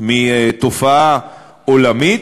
מתופעה עולמית.